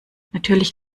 natürlich